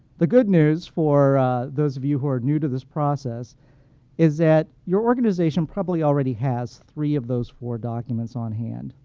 the good news for those of you who are new to this process is that your organization probably already has three of those four documents on hand.